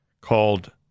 called